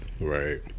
right